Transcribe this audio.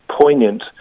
poignant